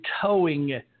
towing